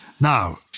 Now